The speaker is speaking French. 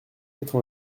quatre